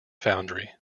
foundry